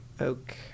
okay